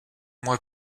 mois